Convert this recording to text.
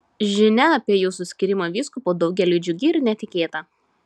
žinia apie jūsų skyrimą vyskupu daugeliui džiugi ir netikėta